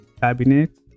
cabinet